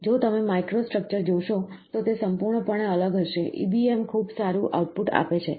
જો તમે માઇક્રોસ્ટ્રક્ચર જોશો તો તે સંપૂર્ણપણે અલગ હશે EBM ખૂબ સારું આઉટપુટ આપે છે